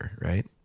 right